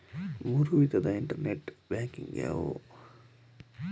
ಮೂರು ವಿಧದ internet banking ಯಾವುವು?